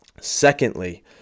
Secondly